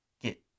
get